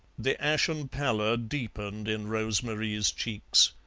the ashen pallor deepened in rose-marie's cheeks.